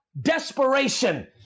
desperation